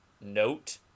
Note